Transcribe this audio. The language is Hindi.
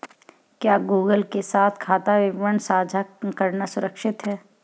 क्या गूगल के साथ खाता विवरण साझा करना सुरक्षित है?